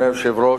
אדוני היושב-ראש,